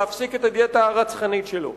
להפסיק את הדיאטה הרצחנית שלו.